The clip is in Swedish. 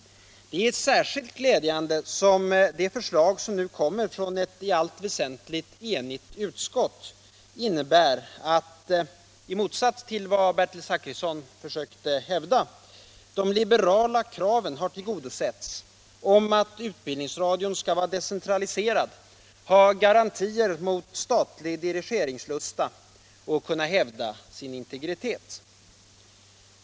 Det är särskilt glädjande som de förslag som nu kommer från ett i allt väsentligt enigt utskott innebär att — i motsättning till vad Bertil Zachrisson försökte hävda — de liberala kraven har tillgodosetts om att utbildningsradion skall vara decentraliserad, ha garantier mot statlig dirigeringslusta och kunna hävda sin integritet.